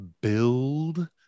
Build